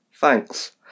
thanks